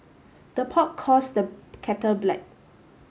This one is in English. the pot calls the kettle black